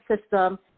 system